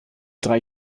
drei